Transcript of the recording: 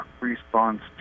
response